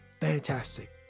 fantastic